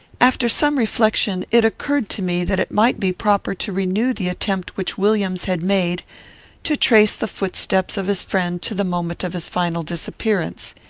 after some reflection, it occurred to me that it might be proper to renew the attempt which williams had made to trace the footsteps of his friend to the moment of his final disappearance.